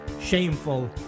shameful